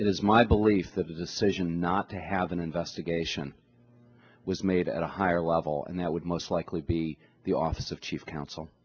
it is my belief that the decision not to have an investigation was made at a higher level and that would most likely be the office of chief counsel